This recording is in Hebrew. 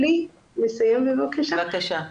אני אסיים בבקשה.